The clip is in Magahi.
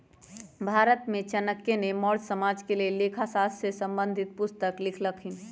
भारत में चाणक्य ने मौर्ज साम्राज्य के लेल लेखा शास्त्र से संबंधित पुस्तक लिखलखिन्ह